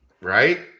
Right